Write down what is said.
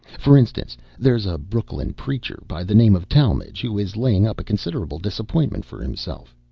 for instance, there's a brooklyn preacher by the name of talmage, who is laying up a considerable disappointment for himself.